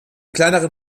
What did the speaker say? kleineren